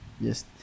Yes